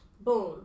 Boom